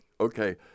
okay